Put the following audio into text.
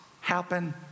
happen